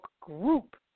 group